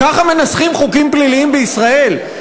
ככה מנסחים חוקים פליליים בישראל?